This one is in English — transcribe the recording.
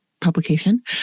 publication